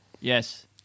Yes